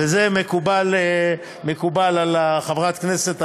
וזה מקובל על חברת הכנסת המציעה.